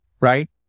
right